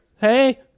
Hey